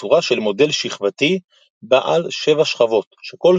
בצורה של מודל שכבתי בעל 7 שכבות שכל